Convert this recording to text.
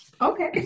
Okay